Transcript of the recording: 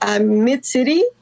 Mid-City